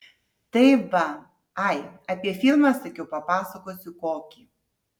tai va ai apie filmą sakiau papasakosiu kokį